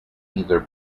either